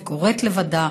וקוראת לבדה,